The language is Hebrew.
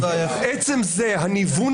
עצם הניוון